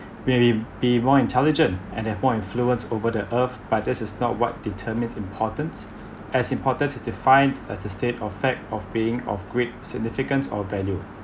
maybe be more intelligent and then more influence over the earth but this is not what determines importance as importance is to find the state of fact of being of great significance or value